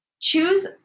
Choose